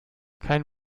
kein